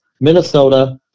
Minnesota